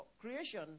creation